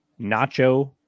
Nacho